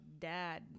dad